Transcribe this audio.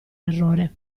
errore